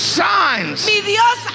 signs